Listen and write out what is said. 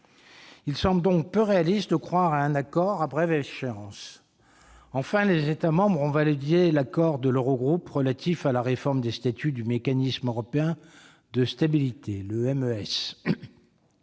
Il semble donc peu réaliste de croire à un accord à brève échéance. Enfin, les États membres ont validé l'accord de l'Eurogroupe relatif à la réforme des statuts du mécanisme européen de stabilité, le MES.